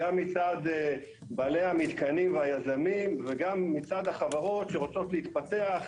גם מצד בעלי המתקנים והיזמים וגם מצד החברות שרוצות להתפתח,